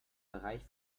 bereich